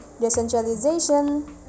decentralization